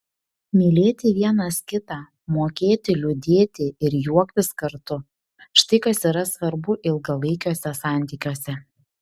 mylėti vienas kitą mokėti liūdėti ir juoktis kartu štai kas yra svarbu ilgalaikiuose santykiuose